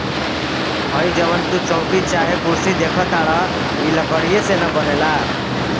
हइ जवन तू चउकी चाहे कुर्सी देखताड़ऽ इ लकड़ीये से न बनेला